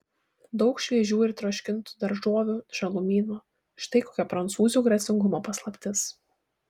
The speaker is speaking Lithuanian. daug šviežių ir troškintų daržovių žalumynų štai kokia prancūzių gracingumo paslaptis